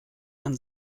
man